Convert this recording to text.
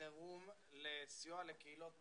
חירום לסיוע לקהילות במצוקה.